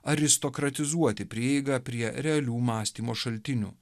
aristokratizuoti prieigą prie realių mąstymo šaltinių